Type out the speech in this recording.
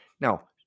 Now